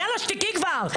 יאללה, תשתקי כבר.